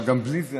אבל גם בלי זה,